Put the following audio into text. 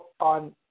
on